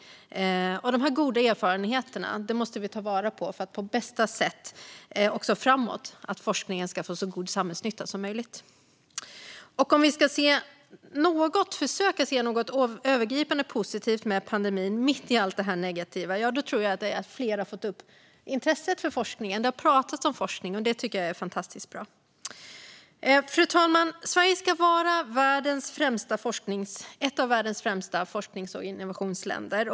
De goda erfarenheterna från detta måste vi ta vara på också framåt för att forskningen ska ge så god samhällsnytta som möjligt. Om vi ska försöka se något övergripande positivt med pandemin, mitt i allt det negativa, tror jag att det är att fler har fått upp intresset för forskningen. Det har pratats om forskningen, och det tycker jag är fantastiskt bra. Fru talman! Sverige ska vara ett av världens främsta forsknings och innovationsländer.